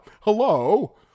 Hello